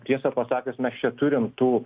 tiesą pasakius mes čia turim tų